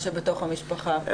מה שבתוך המשפחה,